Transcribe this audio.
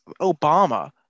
obama